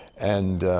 and